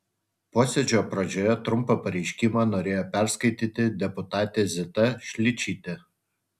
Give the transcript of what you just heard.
posėdžio pradžioje trumpą pareiškimą norėjo perskaityti deputatė zita šličytė